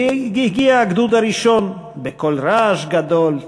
והגיע הגדוד הראשון בקול רעש גדול,